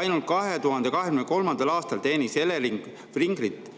Ainult 2023. aastal teenis Elering/Fingrid